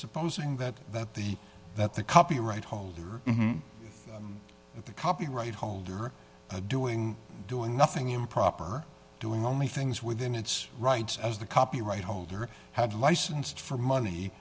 supposing that that the that the copyright holder the copyright holder doing doing nothing improper doing only things within its rights as the copyright holder had licensed for money